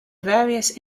various